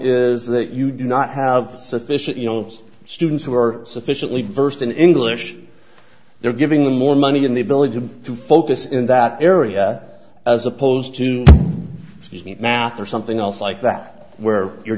is that you do not have sufficient you know students who are sufficiently versed in english they're giving them more money in the ability to focus in that area as opposed to math or something else like that where you're